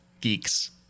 geeks